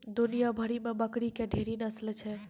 दुनिया भरि मे बकरी के ढेरी नस्ल छै